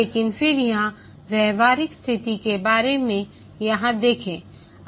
लेकिन फिर यहां व्यावहारिक स्थिति के बारे में यहां देखें